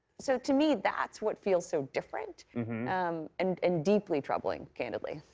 so to me, that's what feels so different and and deeply troubling, candidly.